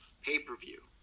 pay-per-view